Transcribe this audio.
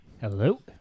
Hello